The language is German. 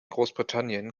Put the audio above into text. großbritannien